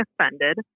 offended